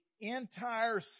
entire